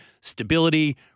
Stability